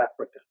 Africa